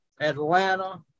Atlanta